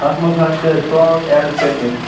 اَتھ منٛز حظ چھِ اَسہِ سانٛگ ایٚڈ کٔرۍمِتۍ